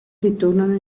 ritornano